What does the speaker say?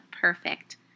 perfect